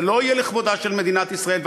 זה לא יהיה לכבודה של מדינת ישראל,